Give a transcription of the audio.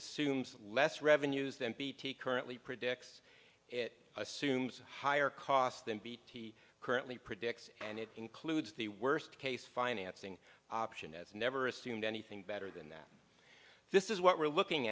assumes less revenues then bt currently predicts it assumes higher costs than bt currently predicts and it includes the worst case financing option as never assumed anything better than that this is what we're looking